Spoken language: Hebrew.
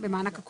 למה אינו